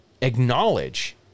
acknowledge